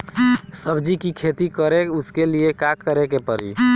सब्जी की खेती करें उसके लिए का करिके पड़ी?